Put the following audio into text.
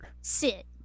Sit